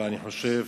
ואני חושב